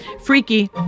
freaky